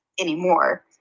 anymore